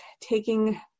taking